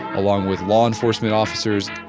along with law enforcement officers,